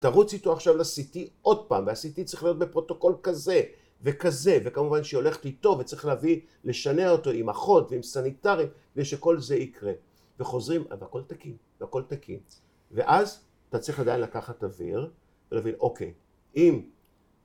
תרוץ איתו עכשיו לסיטי עוד פעם, והסיטי צריך להיות בפרוטוקול כזה וכזה וכמובן שהיא הולכת איתו וצריך להביא, לשנע אותו עם אחות ועם סניטרים ושכל זה יקרה וחוזרים, והכל תקין, והכל תקין ואז אתה צריך עדיין לקחת אוויר ולהבין, אוקיי, אם